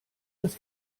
das